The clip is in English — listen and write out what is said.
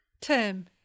Term